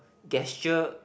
gesture